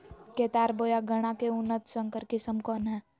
केतारी बोया गन्ना के उन्नत संकर किस्म कौन है?